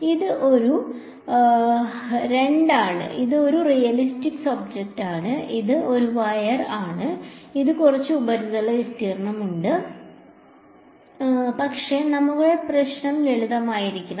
ഇത് ഒരു ആണ് ഇത് രണ്ടാണ് ഇത് ഒരു റിയലിസ്റ്റിക് ഒബ്ജക്റ്റാണ് ഇത് ഒരു വയർ ആണ് ഇതിന് കുറച്ച് ഉപരിതല വിസ്തീർണ്ണമുണ്ട് പക്ഷേ നമുക്ക് നമ്മുടെ പ്രശ്നം ലളിതമാക്കാം